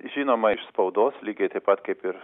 žinoma iš spaudos lygiai taip pat kaip ir